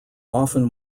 often